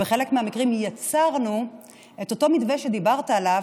בחלק מהמקרים יצרנו את אותו מתווה שדיברת עליו,